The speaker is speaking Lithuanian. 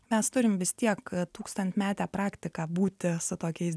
mes turim vis tiek tūkstantmetę praktiką būti su tokiais